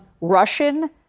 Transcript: Russian